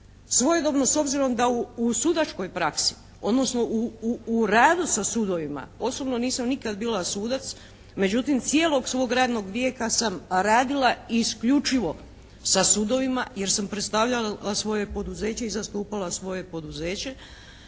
Svojedobno s obzirom da u sudačkoj praksi odnosno u radu sa sudovima osobno nisam nikad bila sudac međutim, cijelog svog radnog vijeka sam radila isključivo sa sudovima jer sam predstavljala svoje poduzeće i zastupala svoje poduzeće.